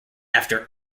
after